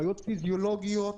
בעיות פיזיולוגיות